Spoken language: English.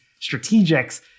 strategics